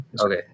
Okay